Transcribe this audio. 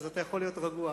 אז אתה יכול להיות רגוע.